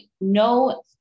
no